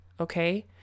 Okay